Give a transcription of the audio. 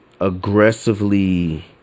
aggressively